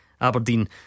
Aberdeen